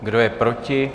Kdo je proti?